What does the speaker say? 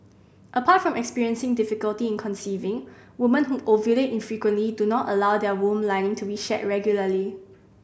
apart from experiencing difficulty in conceiving women who ovulate infrequently do not allow their womb lining to be shed regularly